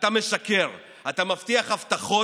אתה משקר, אתה מבטיח הבטחות,